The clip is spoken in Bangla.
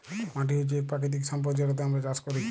মাটি হছে ইক পাকিতিক সম্পদ যেটতে আমরা চাষ ক্যরি